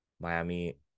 Miami